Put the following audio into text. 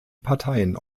parteien